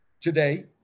Today